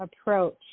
approach